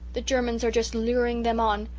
the germans are just luring them on.